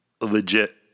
legit